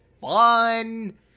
fun